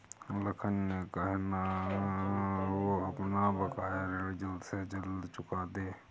लखन से कहना, वो अपना बकाया ऋण जल्द से जल्द चुका दे